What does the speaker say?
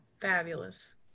Fabulous